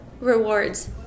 rewards